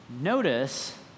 Notice